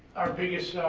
our biggest